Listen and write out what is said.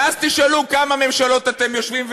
ואז תשאלו בכמה ממשלות אתם יושבים.